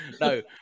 No